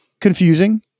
confusing